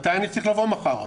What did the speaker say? מתי אני צריך לבוא מחר?